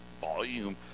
volume